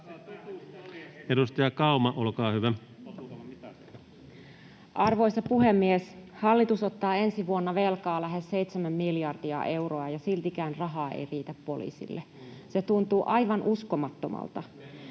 Arvoisa puhemies! Hallitus ottaa ensi vuonna velkaa lähes 7 miljardia euroa, ja siltikään rahaa ei riitä poliisille. Se tuntuu aivan uskomattomalta.